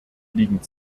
liegen